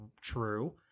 true